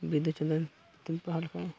ᱵᱤᱸᱫᱩᱼᱪᱟᱸᱫᱟᱱ ᱯᱩᱛᱷᱤᱢ ᱯᱟᱲᱦᱟᱣ ᱞᱮᱠᱷᱟᱡ